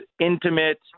intimate